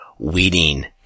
weeding